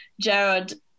Jared